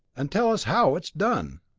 and tell us how it's done!